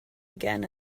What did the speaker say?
again